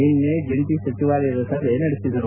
ನಿನ್ನೆ ಜಂಟಿ ಸಚಿವಾಲಯದ ಸಭೆ ನಡೆಸಿದರು